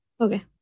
Okay